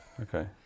okay